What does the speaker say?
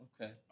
Okay